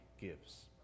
gives